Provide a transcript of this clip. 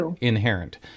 inherent